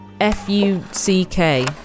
F-U-C-K